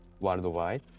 worldwide